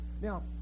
Now